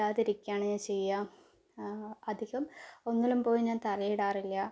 മിണ്ടാതിരിക്കുകയാണ് ഞാന് ചെയ്യുക അധികം ഒന്നിലും പോയി ഞാന് തല ഇടാറില്ല